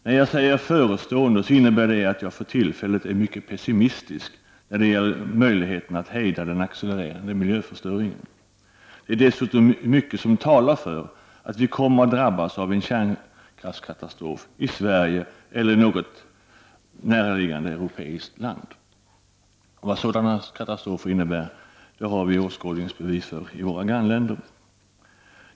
När jag säger förestående så innebär det att jag för tillfället är mycket pessimistisk när det gäller möjligheterna att hejda den accelererande miljöförstöringen. Det är dessutom mycket som talar för att vi kommer att drabbas av en kärnkraftskatastrof i Sverige eller i något näraliggande europeiskt land. Vad sådana katastrofer innebär har vi åskådningsbevis för i våra grannländer.